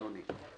אדוני.